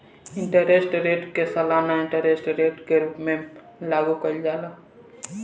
interest rate के सालाना interest rate के रूप में लागू कईल जाला